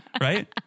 Right